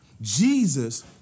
Jesus